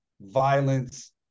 violence